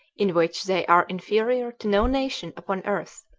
in which they are inferior to no nation upon earth,